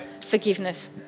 forgiveness